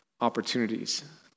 opportunities